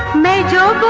major